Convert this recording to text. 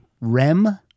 REM